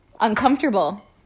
uncomfortable